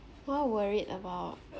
why worried about